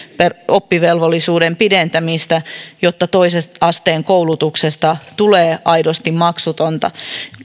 oppivelvollisuuden pidentämistä jotta toisen asteen koulutuksesta tulee aidosti maksutonta